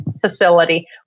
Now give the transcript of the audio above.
facility